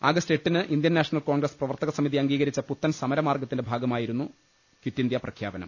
ആഗസ്ത് എട്ടിന് Indian national congress പ്രവർത്തകസമിതി അംഗീകരിച്ച പുത്തൻ സമര മാർഗ ത്തിന്റെ ഭാഗമായിരുന്നു ക്വിറ്റ് ഇന്ത്യാ പ്രഖ്യാപനം